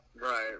right